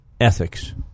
ethics